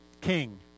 King